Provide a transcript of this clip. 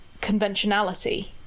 conventionality